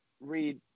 read